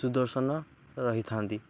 ସୁଦର୍ଶନ ରହିଥାନ୍ତି